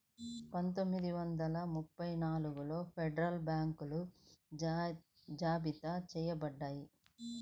పందొమ్మిది వందల ముప్పై నాలుగులో షెడ్యూల్డ్ బ్యాంకులు జాబితా చెయ్యబడ్డాయి